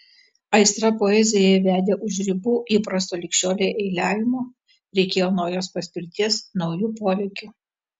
aistra poezijai vedė už ribų įprasto lig šiolei eiliavimo reikėjo naujos paspirties naujų polėkių